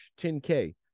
10K